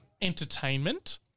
Entertainment